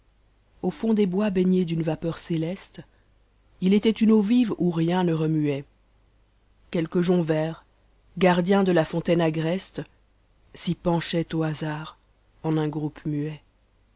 au fond des bois baignés d'une vapeur céleste il était une eau vive bu rien ne remuait quelques joncs verts gardiens de la fontaine agreste s'y penchaient au hasard en un groupe muet